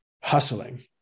hustling